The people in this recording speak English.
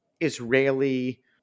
Israeli